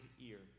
ear